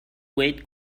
wait